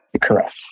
Correct